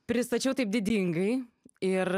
pristačiau taip didingai ir